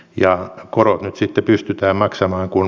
ja korot nyt sitä pystytä maksamaan kun